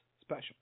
special